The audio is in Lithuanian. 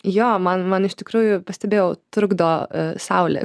jo man man iš tikrųjų pastebėjau trukdo saulė